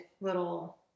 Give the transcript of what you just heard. little